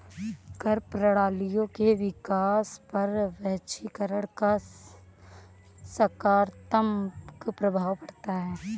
कर प्रणालियों के विकास पर वैश्वीकरण का सकारात्मक प्रभाव पढ़ता है